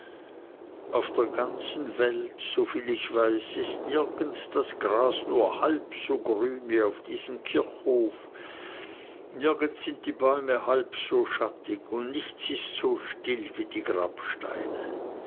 auf der ganzen welt soviel ich weiß ist nirgends das gras nur halb so grün wie auf diesem kirchhof nirgends sind die bäume halb so schattig und nichts ist so still wie die grabsteine